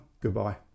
goodbye